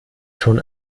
schon